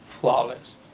flawless